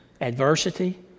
adversity